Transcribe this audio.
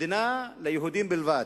מדינה ליהודים בלבד,